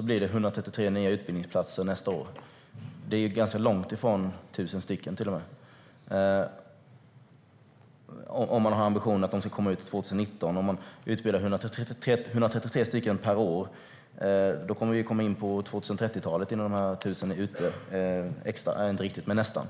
blir det 133 nya utbildningsplatser nästa år. Det är ganska långt ifrån 1 000 stycken, om man har ambitionen att de ska komma ut 2019. Om 133 extra poliser utbildas per år kommer vi att vara inne på 2030-talet innan de 1 000 extra poliserna är ute - inte riktigt, men nästan.